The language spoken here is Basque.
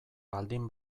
baldin